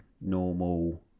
normal